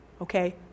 okay